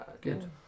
good